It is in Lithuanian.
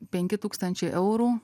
penki tūkstančiai eurų